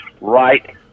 right